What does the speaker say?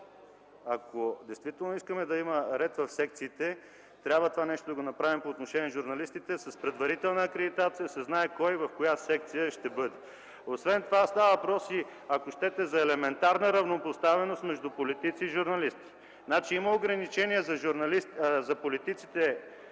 ако действително искаме да има ред в секциите, това нещо трябва да го направим по отношение на журналистите – с предварителна акредитация, да се знае кой в коя секция ще бъде. Освен това става въпрос, ако щете, за елементарна равнопоставеност между политици и журналисти. Има ограничение за политици